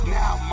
now